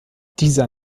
dieser